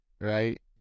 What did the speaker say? right